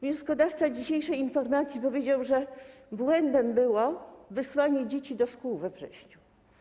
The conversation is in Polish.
Wnioskodawca dzisiejszej informacji powiedział, że błędem było wysłanie dzieci do szkół we wrześniu.